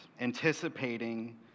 anticipating